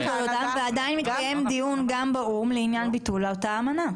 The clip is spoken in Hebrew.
ועדיין מתקיים דיון גם באו"מ לעניין ביטול אותה אמנה.